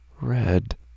Red